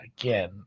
again